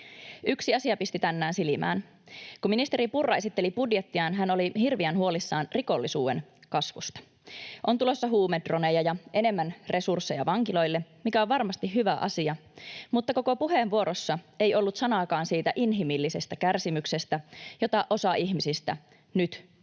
Yksi asia pisti tänään silmään. Kun ministeri Purra esitteli budjettiaan, hän oli hirveän huolissaan rikollisuuden kasvusta. On tulossa huumedroneja ja enemmän resursseja vankiloille, mikä on varmasti hyvä asia, mutta koko puheenvuorossa ei ollut sanaakaan siitä inhimillisestä kärsimyksestä, jota osa ihmisistä nyt teidän